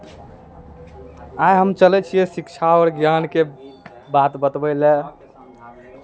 आइ हम चलै छियै शिक्षा आओर ज्ञानके बात बतबै लए